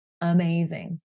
amazing